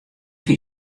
wie